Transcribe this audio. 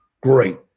Great